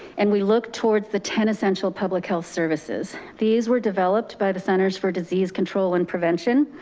and we look towards the ten essential public health services. these were developed by the center for disease control and prevention,